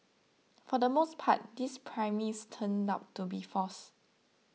for the most part this premise turned out to be false